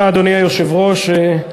אדוני היושב-ראש, תודה,